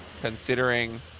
considering